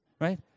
Right